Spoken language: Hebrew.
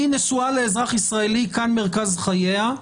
היא נשואה לאזרח ישראלי, כאן מרכז חייה,